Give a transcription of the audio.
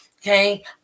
Okay